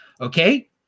okay